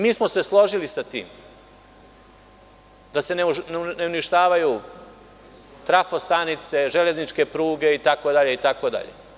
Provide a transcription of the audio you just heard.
Mi smo se složili sa tim, da se ne uništavaju trafo stanice, železničke pruge, itd, itd.